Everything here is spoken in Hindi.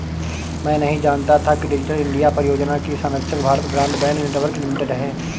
मैं नहीं जानता था कि डिजिटल इंडिया परियोजना की संरक्षक भारत ब्रॉडबैंड नेटवर्क लिमिटेड है